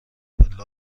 پله